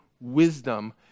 wisdom